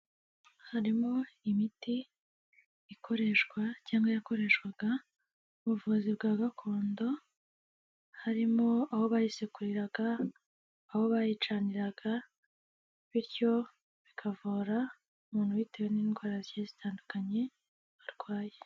Harimo imiti ikoreshwa cyangwa yakoreshwaga mu buvuzi bwa gakondo, harimo aho bayisekuriraga, aho bayicaniraga bityo bikavura umuntu bitewe n'indwara zigiye zitandukanye arwaye.